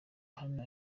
hano